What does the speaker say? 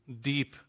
deep